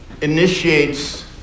initiates